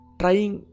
trying